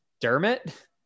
dermot